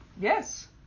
Yes